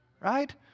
right